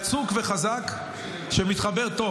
יצוק וחזק שמתחבר טוב.